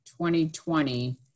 2020